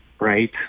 right